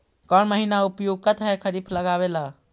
कौन महीना उपयुकत है खरिफ लगावे ला?